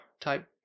type